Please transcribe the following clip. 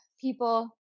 people